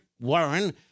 Warren